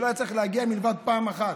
שלא צריך להגיע מלבד פעם אחת.